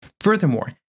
Furthermore